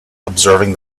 observing